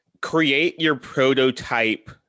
create-your-prototype